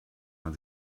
man